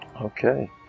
Okay